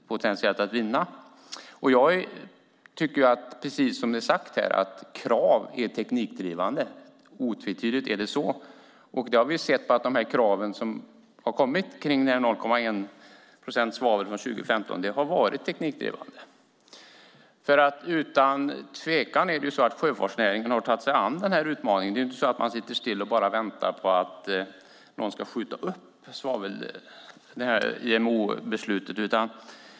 Jag tycker, precis som sagts, att krav är teknikdrivande. Vi har sett att kravet på 0,1 procent svavel från 2015 varit teknikdrivande. Utan tvekan har sjöfartsnäringen tagit sig an den utmaningen. Det är inte så att de sitter stilla och bara väntar på att någon ska skjuta upp IMO-beslutet.